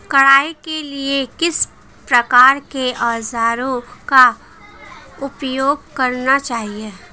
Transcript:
कटाई के लिए किस प्रकार के औज़ारों का उपयोग करना चाहिए?